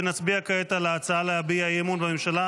ונצביע כעת על ההצעה להביע אי-אמון בממשלה